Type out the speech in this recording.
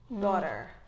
daughter